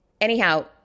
anyhow